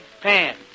pan